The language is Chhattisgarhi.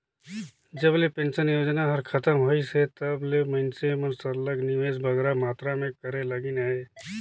जब ले पेंसन योजना हर खतम होइस हे तब ले मइनसे मन सरलग निवेस बगरा मातरा में करे लगिन अहे